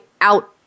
out